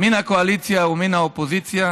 מן הקואליציה ומן האופוזיציה,